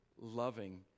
loving